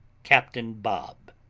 captain bob,